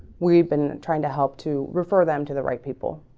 we've been trying to help to refer them to the right people